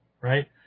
right